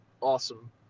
awesome